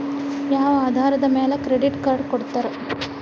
ಯಾವ ಆಧಾರದ ಮ್ಯಾಲೆ ಕ್ರೆಡಿಟ್ ಕಾರ್ಡ್ ಕೊಡ್ತಾರ?